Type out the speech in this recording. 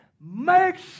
makes